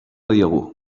diogu